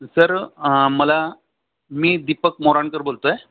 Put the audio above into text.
sir मला मी दीपक मोराणकर बोलतो आहे